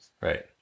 Right